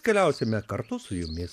keliausime kartu su jumis